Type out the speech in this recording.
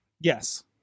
yes